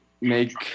make